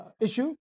issue